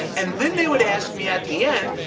and then they would ask me at the end,